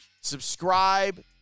Subscribe